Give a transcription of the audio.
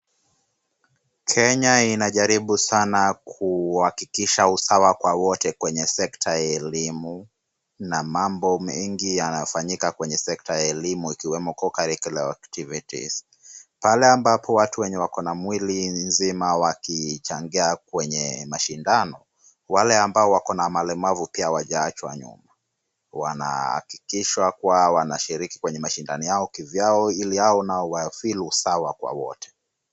Kenya inajaribu sana kuhakikisha usawa kwa wote kwenye sekta ya elimu na mambo mengi yanafanyika kwenye sekta ya elimu ikiwemo co-curricular activities . Pale ambapo watu wenye wako na mwili nzima wakichangia kwenye mashindano. Wale ambao wako na malemavu pia hawajaachwa nyuma. Wanahakikisha kuwa wanashiriki kwenye mashindano yao kivyao ili hao nao wafeel usawa kwa wote.